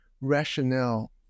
rationale